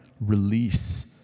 Release